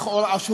לכאורה,